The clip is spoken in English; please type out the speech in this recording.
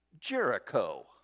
Jericho